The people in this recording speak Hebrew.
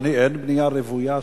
אדוני, אין בנייה רוויה שם.